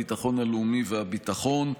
הביטחון הלאומי והביטחון,